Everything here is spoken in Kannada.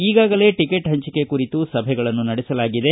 ಈಗಾಗಲೇ ಟಕೆಟ್ ಹಂಚಿಕೆ ಕುರಿತು ಸಭೆಗಳನ್ನು ನಡೆಸಲಾಗಿದೆ